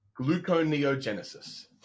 Gluconeogenesis